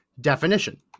definition